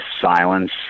silence